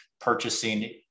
purchasing